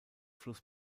fluss